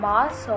Mass